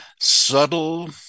subtle